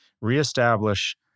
reestablish